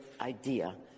idea